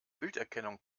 bilderkennung